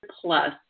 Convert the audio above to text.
plus